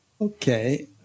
Okay